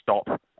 stop